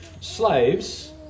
Slaves